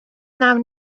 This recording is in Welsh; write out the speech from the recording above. wnawn